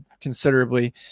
considerably